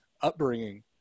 upbringing